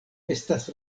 estas